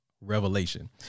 Revelation